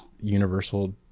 universal